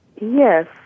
Yes